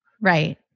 Right